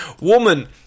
Woman